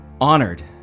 honored